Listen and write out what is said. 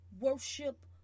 worship